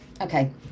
okay